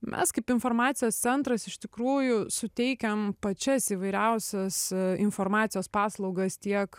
mes kaip informacijos centras iš tikrųjų suteikiam pačias įvairiausias informacijos paslaugas tiek